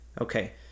Okay